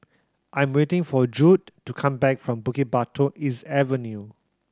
I'm waiting for Judd to come back from Bukit Batok East Avenue